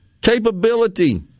capability